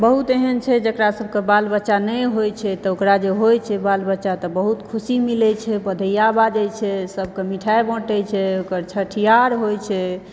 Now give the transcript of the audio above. बहुत एहन छै जेकरा सबके बाल बच्चा नइँ होइ छै तऽओकरा जे होइ छै बाल बच्चा तऽ बहुत खुशी मिलै छै बधइया बाजै छै सबकऽ मिठाइ बाँटै छै ओकर छठिहार होइ छै